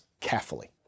carefully